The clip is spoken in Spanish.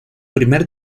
primer